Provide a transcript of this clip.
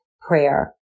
prayer